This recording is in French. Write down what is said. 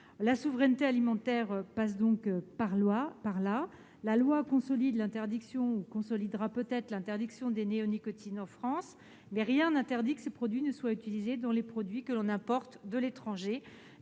La souveraineté alimentaire passe donc par là. La loi consolidera peut-être l'interdiction des néonicotinoïdes en France, mais rien n'interdit que ces substances soient utilisées dans les produits importés, d'ici